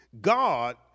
God